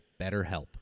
BetterHelp